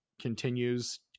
continues